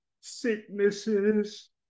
sicknesses